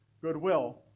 goodwill